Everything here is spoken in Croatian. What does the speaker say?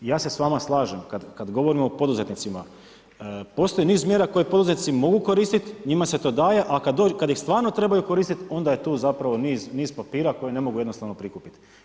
Ja se s vama slažem kad govorimo o poduzetnicima, postoji niz mjera koje poduzetnici mogu koristiti, njima se to daje, a kad ih stvarno trebaju koristiti onda je tu zapravo niz papira koje ne mogu jednostavno prikupiti.